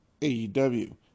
AEW